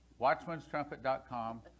Watchman'sTrumpet.com